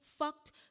fucked